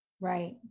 Right